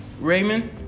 Raymond